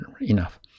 enough